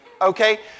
Okay